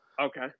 Okay